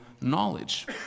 knowledge